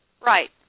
Right